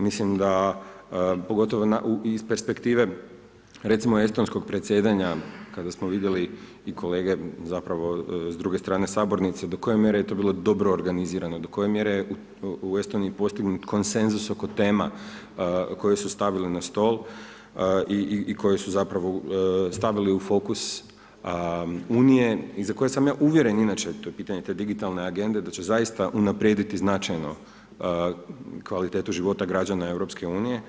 Mislim da, pogotovo iz perspektive, recimo estonskog predsjedanja, kada smo vidjeli i kolege, zapravo s druge stane sabornice, do koje mjere je to bilo dobro organizirano, do koje je mjere u Estoniji je postignut konsenzus oko tema koje su stavile na stol i koje su zapravo stavili u fokus Unije i za koje sam ja uvjeren, inače to je pitanje digitalne agende, da će zaista unaprijediti značajno kvalitetu života građana EU.